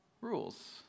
rules